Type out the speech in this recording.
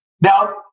Now